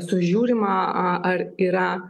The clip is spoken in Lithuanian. sužiūrima ar yra